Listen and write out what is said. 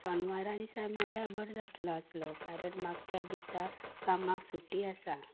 शेणवारा दिसा मेळळ्यार बरो जातलो आसलो कारण म्हाका त्या दिसा कामाक सुटी आसा